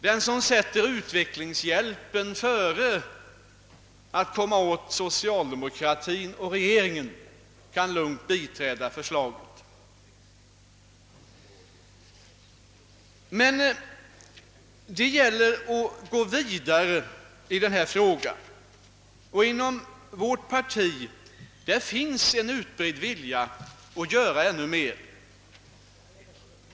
Den som sätter utvecklingshjälpen före möjligheten att komma åt socialdemokratin och regeringen kan lugnt biträda förslaget. Men det gäller att gå vidare i denna fråga. Inom vårt parti finns en utbredd vilja att göra ännu mer.